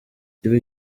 ikigo